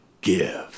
give